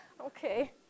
Okay